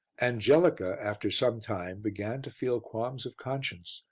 angelica, after some time, began to feel qualms of conscience,